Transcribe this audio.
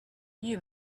you